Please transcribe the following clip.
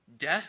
Death